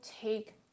take